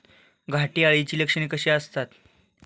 घाटे अळीची लक्षणे कशी असतात?